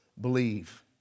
believe